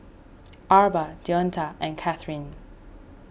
Arba Deonta and Kathryne